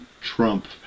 Trump